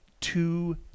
two